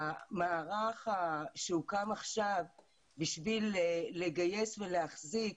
המערך שהוקם עכשיו בשביל לגייס ולהחזיק